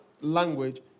language